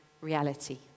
reality